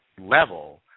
level